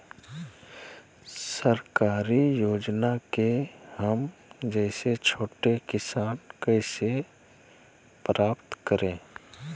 सरकारी योजना को हम जैसे छोटे किसान कैसे प्राप्त करें?